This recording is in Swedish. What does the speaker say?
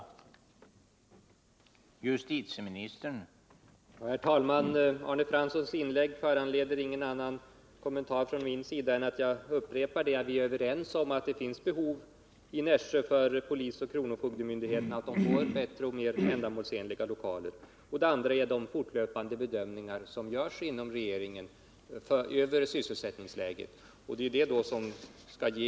och kriminalvårds